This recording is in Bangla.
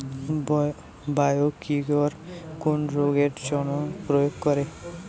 বায়োকিওর কোন রোগেরজন্য প্রয়োগ করে?